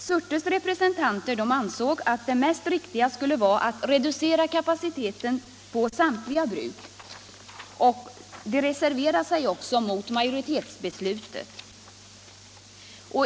Surtes representanter ansåg att det riktigaste skulle vara att reducera kapaciteten på samtliga bruk, och de reserverade sig också mot majoritetsbeslutet.